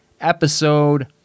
episode